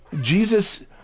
Jesus